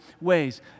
ways